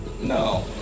No